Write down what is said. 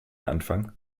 anfang